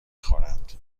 خورد